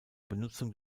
benutzung